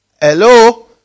Hello